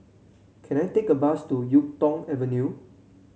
can I take a bus to YuK Tong Avenue